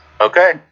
Okay